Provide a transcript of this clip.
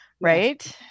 right